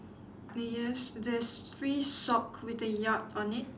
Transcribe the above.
oh yes there's three sock with a yacht on it